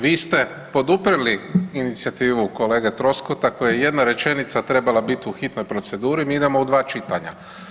Vi ste poduprijeli inicijativu kolege Troskota kojem je jedna rečenica trebala biti u hitnoj proceduri, mi idemo u dva čitanja.